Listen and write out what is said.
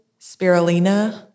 spirulina